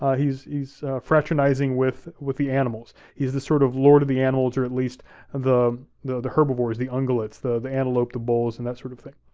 ah he's he's fraternizing with with the animals. he's the sort of lord of the animals, or at least of the the herbivores, the ungulates, the the antelope, the bulls and that sort of thing.